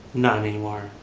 not anymore.